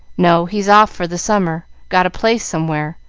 no, he's off for the summer. got a place somewhere.